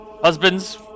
Husbands